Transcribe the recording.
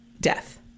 death